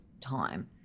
time